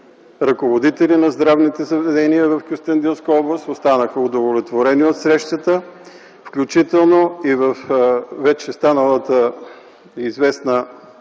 ръководители на здравните заведения в Кюстендилска област останаха удовлетворени от срещата, включително и във вече станалата известна